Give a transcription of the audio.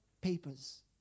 papers